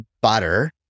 butter